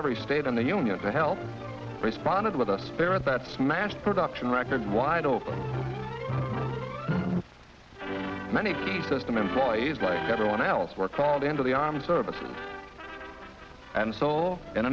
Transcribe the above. every state in the union to help responded with the spirit that smashed production records wide open many system employees like everyone else were called into the armed services and so in